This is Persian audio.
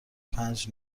پنج